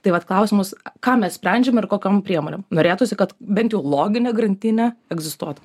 tai vat klausimas ką mes sprendžiam ir kokiom priemonėm norėtųsi kad bent jau loginę grandinę egzistuotų